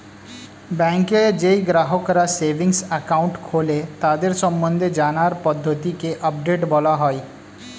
ব্যাংকে যেই গ্রাহকরা সেভিংস একাউন্ট খোলে তাদের সম্বন্ধে জানার পদ্ধতিকে আপডেট বলা হয়